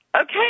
Okay